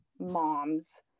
moms